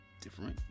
different